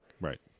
right